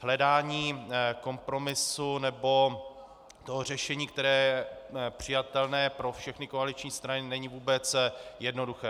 Hledání kompromisu nebo toho řešení, které je přijatelné pro všechny koaliční strany, není vůbec jednoduché.